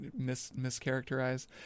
mischaracterize